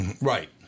Right